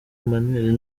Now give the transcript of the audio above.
emmanuel